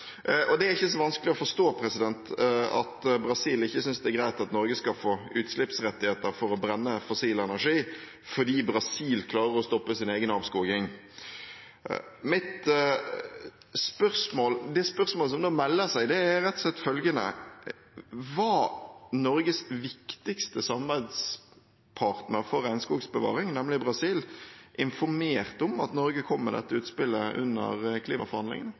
Og det er ikke så vanskelig å forstå at Brasil ikke synes det er greit at Norge skal få utslippsrettigheter for å brenne fossil energi fordi Brasil klarer å stoppe sin egen avskoging. Det spørsmålet som da melder seg, er rett og slett: Var Norges viktigste samarbeidspartner for regnskogsbevaring, nemlig Brasil, informert om at Norge kom med dette utspillet under klimaforhandlingene?